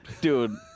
Dude